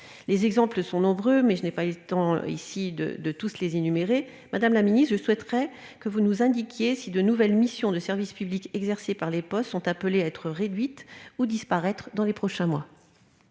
Les exemples sont nombreux, mais je n'ai pas le temps, ici, de tous les énumérer. Madame la ministre, je souhaiterais que vous nous indiquiez si de nouvelles missions de service public exercées par les postes consulaires sont appelées à se réduire ou disparaître dans les prochains mois.